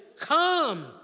come